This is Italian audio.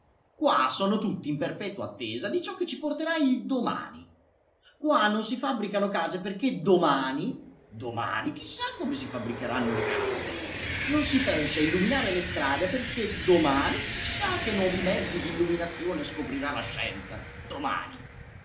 qua sono tutti in perpetua attesa di ciò che ci porterà il domani qua non si fabbricano case perché domani domani chi sa come si fabbricheranno le case non si pensa a illuminare le strade perché domani chi sa che nuovi mezzi d'illuminazione scoprirà la scienza domani